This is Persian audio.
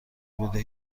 بوده